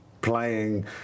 playing